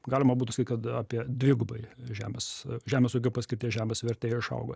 galima būtų sakyt kad apie dvigubai žemės žemės ūkio paskirties žemės vertė išaugo